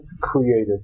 created